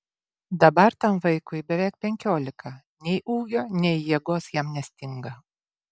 dabar tam vaikui beveik penkiolika nei ūgio nei jėgos jam nestinga